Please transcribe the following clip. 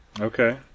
Okay